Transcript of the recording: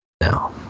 No